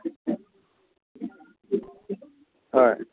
হয়